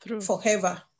forever